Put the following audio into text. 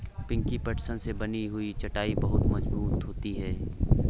पिंकी पटसन से बनी हुई चटाई बहुत मजबूत होती है